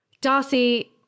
Darcy